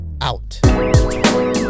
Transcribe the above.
out